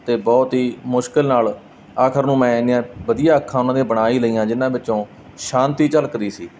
ਅਤੇ ਬਹੁਤ ਹੀ ਮੁਸ਼ਕਿਲ ਨਾਲ ਆਖਰ ਨੂੰ ਮੈਂ ਇੰਨੀਆਂ ਵਧੀਆ ਅੱਖਾਂ ਉਹਨਾਂ ਦੇ ਬਣਾ ਹੀ ਲਈਆਂ ਜਿਹਨਾਂ ਵਿੱਚੋਂ ਸ਼ਾਂਤੀ ਝਲਕਦੀ ਸੀ